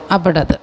अपठम्